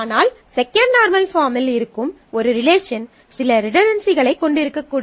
ஆனால் second normal பாஃர்ம்மில் இருக்கும் ஒரு ரிலேஷன் சில ரிடன்டன்சிகளைக் கொண்டிருக்கக்கூடும்